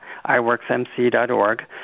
iWorksMC.org